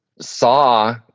saw